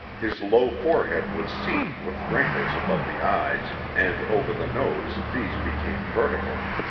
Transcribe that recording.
his low forehead was seamed with wrinkles above the eyes, and over the nose these became vertical.